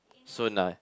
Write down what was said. soon ah